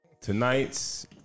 Tonight's